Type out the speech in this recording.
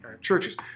churches